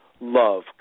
love